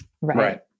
Right